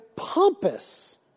Pompous